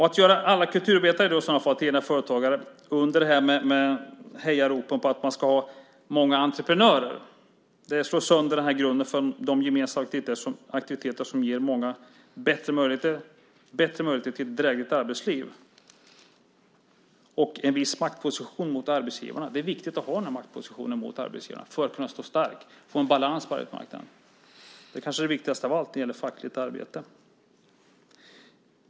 Att göra alla kulturarbetare till egna företagare under hejarop på att det ska finnas många entreprenörer slår sönder grunden för de gemensamma aktiviteter som ger många bättre möjligheter till ett drägligt arbetsliv och en viss maktposition gentemot arbetsgivarna. Det är viktigt att ha en sådan position för att kunna stå stark och för att man ska kunna få en balans på arbetsmarknaden. Det är kanske det viktigaste av allt när det gäller fackligt arbete.